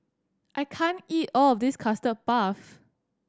I can't eat all of this Custard Puff